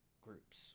groups